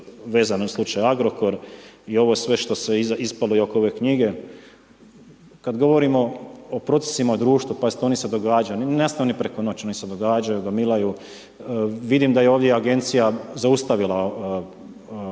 vezano uz slučaj Agrokor i ovo sve što je ispalo i oko ove knjige, kada govorimo o procesima društva, pazite, oni se događaju, .../Govornik se ne razumije./... preko noći, oni se događaju, gomilaju. Vidim da je ovdje agencija zaustavila ovaj